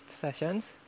sessions